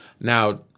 Now